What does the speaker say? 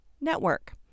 network